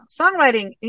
Songwriting